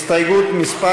הסתייגות מס'